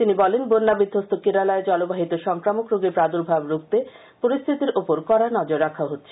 তিনি বলেন বন্যা বিধ্বস্ত কেরালায় জলবাহিত সংক্রামক রোগের প্রাদুর্ভাব রুখতে পরিস্থিতির ওপর রোজই কডা নজর রাখা হচ্ছে